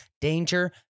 danger